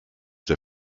der